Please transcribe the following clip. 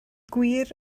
gwir